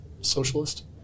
socialist